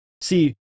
see